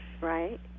Right